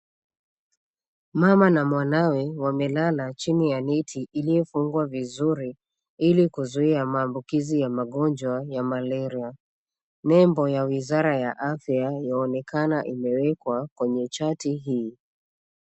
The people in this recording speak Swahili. Mama na mwanawe, wamelala chini ya neti iliyofungwa vizuri, ili kuzuia maambukizi ya magonjwa ya malaria. Nembo ya wizara ya afya, yaonekana imewekwa kwenye chati hii.